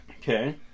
Okay